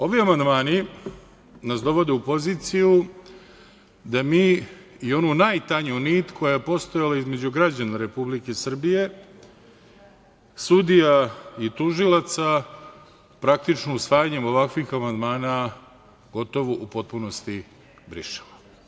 Ovi amandmani nas dovode u poziciju da mi i onu najtanju nit koja je postojala između građana Republike Srbije, sudija i tužilaca, praktično usvajanjem ovakvih amandmana gotovo u potpunosti brišemo.